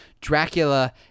Dracula